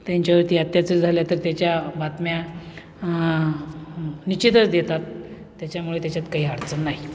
त्यांच्यावरती अत्याचार झालं तर त्याच्या बातम्या निश्चितच देतात त्याच्यामुळे त्याच्यात काही अडचण नाही